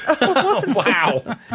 Wow